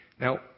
Now